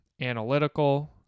Analytical